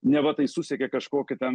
neva tai susekė kažkokį ten